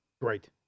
Great